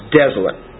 desolate